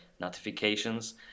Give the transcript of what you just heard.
notifications